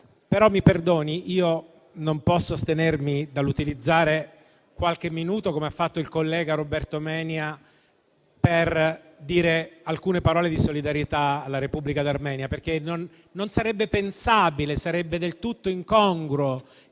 questo Accordo. Non posso però astenermi dall'utilizzare qualche minuto, come ha fatto il collega Roberto Menia, per dire alcune parole di solidarietà alla Repubblica d'Armenia. Non sarebbe infatti pensabile, anzi, sarebbe del tutto incongruo